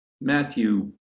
Matthew